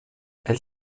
elle